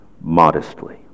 modestly